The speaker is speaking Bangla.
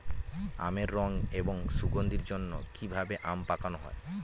আমের রং এবং সুগন্ধির জন্য কি ভাবে আম পাকানো হয়?